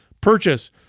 purchase